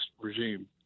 regime